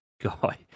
guy